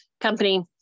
company